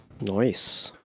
Nice